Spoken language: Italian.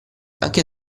anche